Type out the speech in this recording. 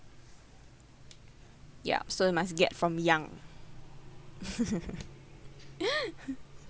yup so you must get from young